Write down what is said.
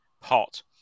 pot